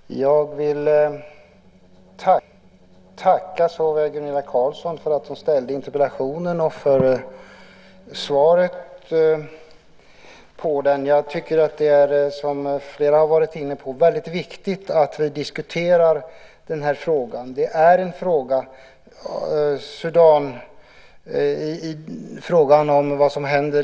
Herr talman! Jag vill tacka såväl Gunilla Carlsson för att hon framställde interpellationen som utrikesministern för svaret. Som flera här har varit inne på är det väldigt viktigt att vi diskuterar situationen